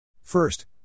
First